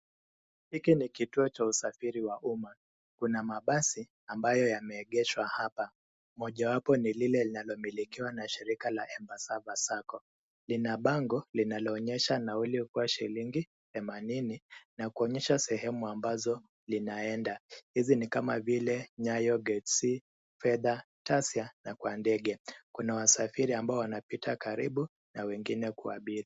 Hiki ni ktuo cha usafiri wa umma. Kuna mabasi ambayo yameegeshwa hapa, moja wapo ni lile linalomilikiwa na shirika la Embassava Sacco. Lina bango linaloonyesha nauli kuwa shilingi themanini na kuonyesha sehemu ambazo linaenda. Hizi ni kama vile Nyayo gate C, Fedha, Tasia na kwa Ndege. Kuna wasafiri amabao wanapita karibu na wengine kuabiri.